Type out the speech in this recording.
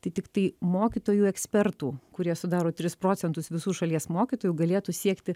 tai tiktai mokytojų ekspertų kurie sudaro tris procentus visų šalies mokytojų galėtų siekti